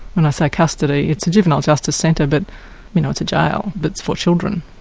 when i say custody, it's a juvenile justice centre, but you know it's a jail, but it's for children.